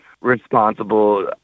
responsible